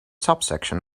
subsection